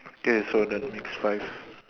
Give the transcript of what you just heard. okay so that makes five